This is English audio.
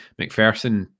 McPherson